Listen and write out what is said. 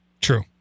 True